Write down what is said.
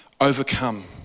overcome